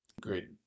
Great